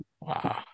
Wow